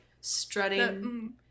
strutting